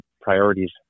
priorities